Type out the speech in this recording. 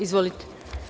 Izvolite.